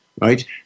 Right